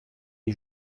les